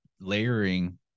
layering